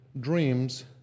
dreams